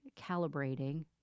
calibrating